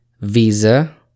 visa